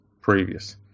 previous